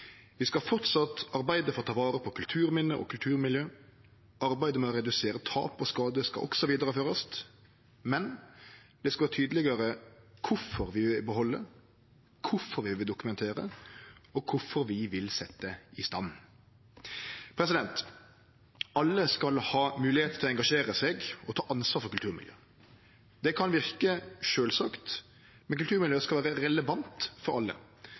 Vi skal framleis arbeide for å ta vare på kulturminne og kulturmiljø. Arbeidet med å redusere tap og skade skal også vidareførast, men det skal vere tydelegare kvifor vi vil behalde, kvifor vi vil dokumentere, og kvifor vi vil setje i stand. Alle skal ha ei moglegheit til å engasjere seg og ta ansvar for kulturmiljø. Det kan verke sjølvsagt, men kulturmiljøet skal vere relevant for alle.